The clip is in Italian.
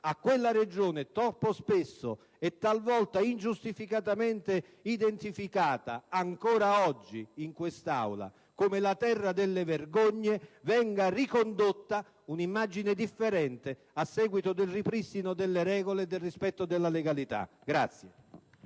quella Regione, troppo spesso e talvolta ingiustificatamente identificata, ancora oggi in quest'Aula, come la terra delle vergogne, venga ricondotta a un'immagine differente a seguito del ripristino delle regole e del rispetto della legalità.